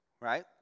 Right